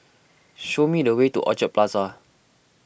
show me the way to Orchard Plaza